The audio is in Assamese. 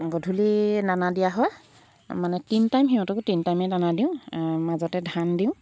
গধূলি দানা দিয়া হয় মানে তিনি টাইম সিহঁতকো তিনি টাইমে দানা দিওঁ মাজতে ধান দিওঁ